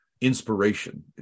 inspiration